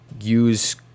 use